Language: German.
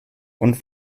und